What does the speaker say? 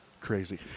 crazy